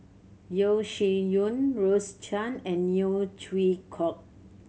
Yeo Shih Yun Rose Chan and Neo Chwee Kok